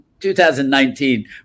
2019